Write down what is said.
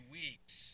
weeks